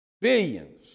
billions